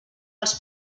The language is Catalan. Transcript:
els